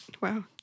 wow